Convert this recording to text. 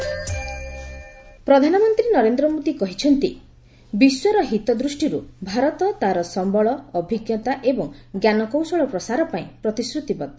PM ହୁ ପ୍ରଧାନମନ୍ତ୍ରୀ ନରେନ୍ଦ୍ର ମୋଦି କହିଛନ୍ତି ବିଶ୍ୱର ହିତ ଦୃଷ୍ଟିରୁ ଭାରତ ତା'ର ସମ୍ଭଳ ଅଭିଜ୍ଞତା ଏବଂ ଜ୍ଞାନକୌଶଳ ପ୍ରସାର ପାଇଁ ପ୍ରତିଶ୍ରତିବଦ୍ଧ